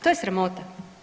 To je sramota!